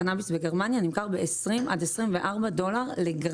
הקנאביס בגרמניה נמכר במחיר של בין 20$ ל-24$ לגרם.